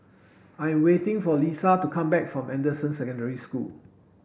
I am waiting for Liza to come back from Anderson Secondary School